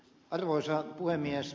arvoisa puhemies